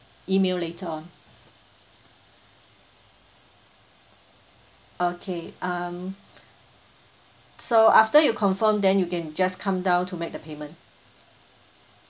email later on okay um so after you confirm then you can just come down to make the payment